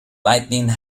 lightning